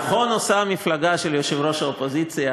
נכון עושה המפלגה של יושב-ראש האופוזיציה